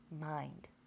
mind